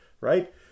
Right